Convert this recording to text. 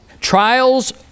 trials